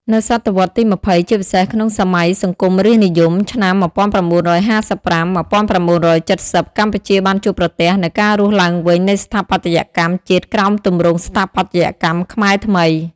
នៅសតវត្សរ៍ទី២០ ជាពិសេសក្នុងសម័យសង្គមរាស្ត្រនិយម ឆ្នាំ១៩៥៥-១៩៧០ កម្ពុជាបានជួបប្រទះនូវការរស់ឡើងវិញនៃស្ថាបត្យកម្មជាតិក្រោមទម្រង់ ស្ថាបត្យកម្មខ្មែរថ្មី។